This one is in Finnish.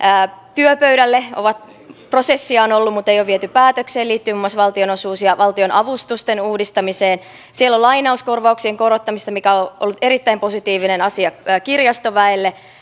työpöydälle prosessia on ollut mutta ei ole viety päätökseen ja jotka liittyvät muun muassa valtionosuus ja valtionavustusten uudistamiseen sitten siellä on lainauskorvauksien korottamista mikä on ollut erittäin positiivinen asia kirjastoväelle